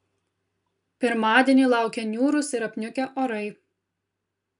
pirmadienį laukia niūrūs ir apniukę orai